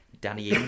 Danny